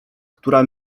która